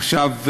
עכשיו,